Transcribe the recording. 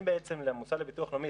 המוסד לביטוח לאומי,